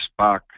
Spock